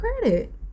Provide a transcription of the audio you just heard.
credit